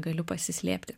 galiu pasislėpti